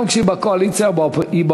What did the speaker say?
גם כשהיא בקואליציה היא באופוזיציה.